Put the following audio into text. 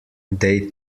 they